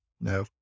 No